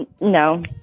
No